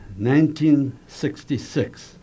1966